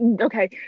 okay